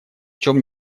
чем